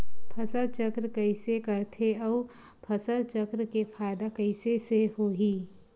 फसल चक्र कइसे करथे उ फसल चक्र के फ़ायदा कइसे से होही?